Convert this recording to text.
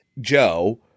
Joe